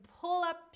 pull-up